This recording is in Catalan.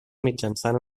mitjançant